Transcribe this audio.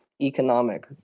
economic